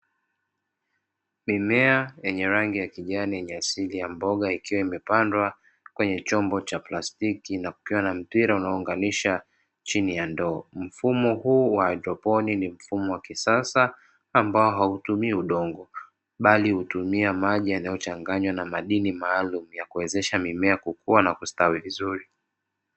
Mimea yenye rangi ya kijani lenye asili ya mboga, ikiwa imepandwa kwenye chombo cha plastiki na kupewa na mpira unaounganisha chini ya ndoo, mfumo huu wa hydroponi ni mfumo wa kisasa ambao hautumii udongo, bali hutumia maji yanayochanganywa na madini maalum ya kuwezesha mimea kukuwa na kustawi vizuri.